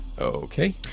Okay